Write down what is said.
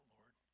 Lord